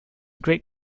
great